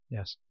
Yes